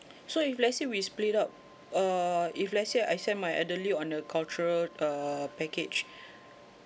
so if let's say we split up uh if let's say I send my elderly on a cultural err package